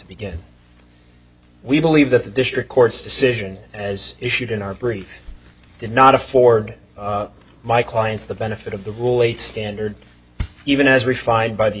begin we believe that the district court's decision as issued in our brief did not afford my clients the benefit of the rule eight standard even as refined by the